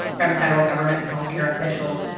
from the federal government and health care officials.